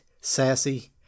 sassy